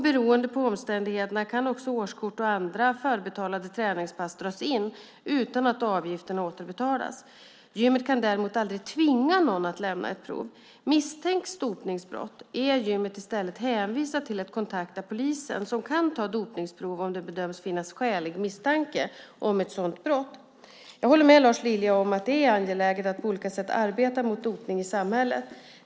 Beroende på omständigheterna kan också årskort och andra förbetalade träningspass dras in utan att avgifterna återbetalas. Gymmet kan däremot aldrig tvinga någon att lämna ett prov. Misstänks dopningsbrott är gymmet i stället hänvisat till att kontakta polismyndigheten som kan ta dopningsprov om det bedöms finnas skälig misstanke om ett sådant brott. Jag håller med Lars Lilja om att det är angeläget att på olika sätt arbeta mot dopning i samhället.